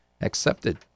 accepted